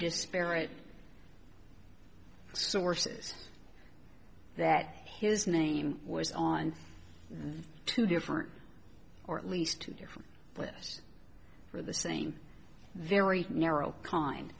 disparate sources that his name was on two different or at least two different players for the same very narrow kind